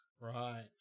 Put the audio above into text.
Right